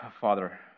Father